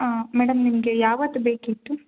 ಆಂ madam ನಿಮಗೆ ಯಾವತ್ತು ಬೇಕಿತ್ತು